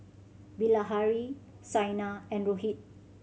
Bilahari Saina and Rohit